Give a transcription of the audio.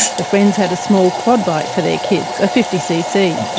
the friends had a small quad bike for their kids, a fifty cc.